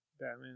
Batman